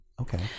Okay